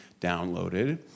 downloaded